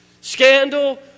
scandal